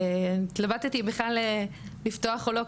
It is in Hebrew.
התלבטתי בכלל לפתוח או לא,